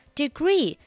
degree